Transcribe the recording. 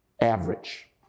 Average